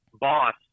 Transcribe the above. boss